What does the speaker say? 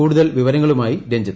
കൂടുതൽ വിവരങ്ങളുമായി രഞ്ജിത്ത്